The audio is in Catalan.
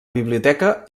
biblioteca